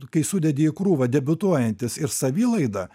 kai sudedi į krūvą debiutuojantis ir savilaida